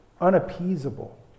unappeasable